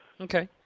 Okay